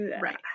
Right